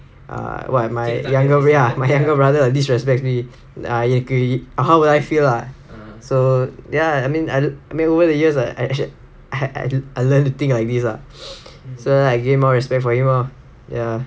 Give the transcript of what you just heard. uh what if my younger ya my younger brother disrespects me என்க்கு:enkku like how would I feel lah so ya I mean over the years I I learned to think like this ah so then I gain more respect from him lor ya